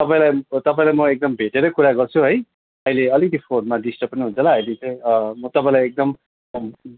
तपाईँलाई तपाईँलाई म एकदम भेटेरै कुरा गर्छु है अहिले अलिकति फोनमा डिस्टर्ब पनि हुन्छ होला अहिले चाहिँ म तपाईँलाई एकदम